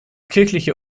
kirchliche